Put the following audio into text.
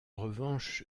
revanche